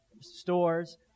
stores